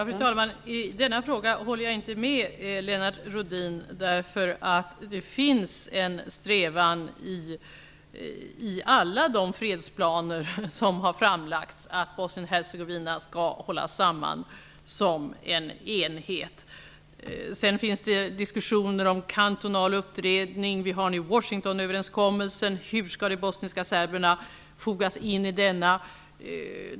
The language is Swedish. Fru talman! Jag håller inte med Lennart Rohdin i denna fråga. Det finns en strävan i alla de fredsplaner som har lagts fram att Bosnien Hercegovina skall hållas samman som en enhet. Det finns diskussioner om kantonala uppdelningar. Vi har Washingtonöverenskommelsen. Hur skall de bosniska serberna fogas in i denna?